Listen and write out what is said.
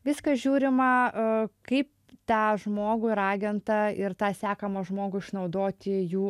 viską žiūrimą kaip tą žmogų ir agentą ir tą sekamą žmogų išnaudoti jų